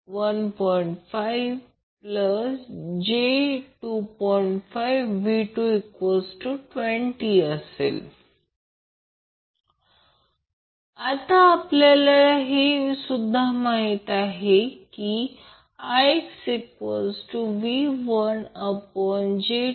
5V220 आता आपल्याला हे सुद्धा माहिती आहे की IxV1 j2